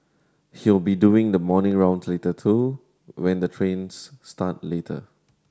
he'll be doing the morning rounds later too when the trains start later